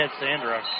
Sandra